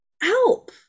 help